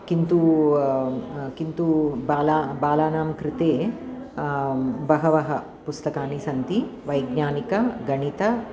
किन्तु किन्तु बालाः बालानां कृते बहवः पुस्तकानि सन्ति वैज्ञानिकगणित